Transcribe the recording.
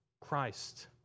Christ